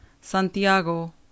Santiago